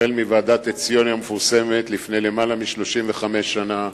החל מוועדת-עציוני המפורסמת לפני יותר מ-35 שנה,